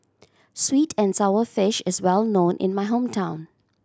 sweet and sour fish is well known in my hometown